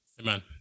Amen